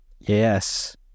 Yes